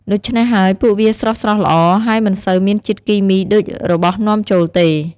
ដូច្នេះហើយ ពួកវាស្រស់ៗល្អ ហើយមិនសូវមានជាតិគីមីដូចរបស់នាំចូលទេ។